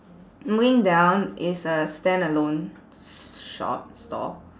moving down is a standalone shop store